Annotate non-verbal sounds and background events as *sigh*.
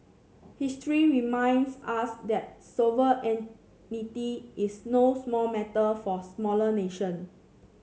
history reminds us that *unintelligible* is no small matter for smaller nation